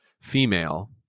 female